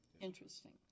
Interesting